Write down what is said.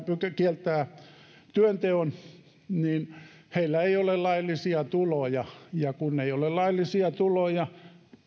pykälä kieltää työnteon niin heillä ei ole laillisia tuloja ja kun ei ole laillisia tuloja